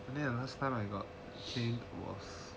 the last time I got cane was